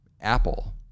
Apple